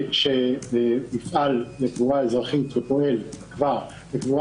שיפעל בקבורה אזרחית ופועל כבר בקבורה